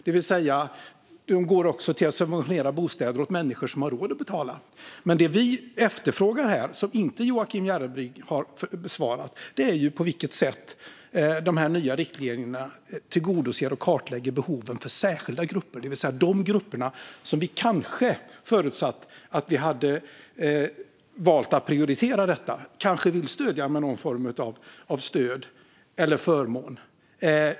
Det innebär att de går till att subventionera bostäder åt människor som har råd att betala. Det vi efterfrågar här och det Joakim Järrebring inte har besvarat är på vilket sätt dessa nya riktlinjer tillgodoser och kartlägger behovet för särskilda grupper, det vill säga de grupper som vi kanske - förutsatt att vi hade valt att prioritera detta - vill ge någon typ av stöd eller förmån.